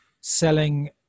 selling